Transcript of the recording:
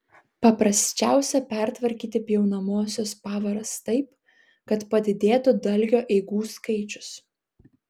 paprasčiausia pertvarkyti pjaunamosios pavaras taip kad padidėtų dalgio eigų skaičius